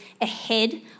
ahead